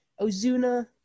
Ozuna